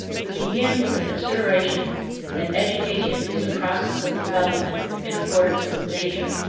we begin with a consideration that education is a process of development in accordance with nature,